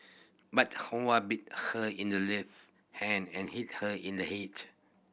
but Huang bit her in the left hand and hit her in the head